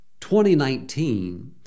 2019